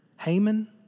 Haman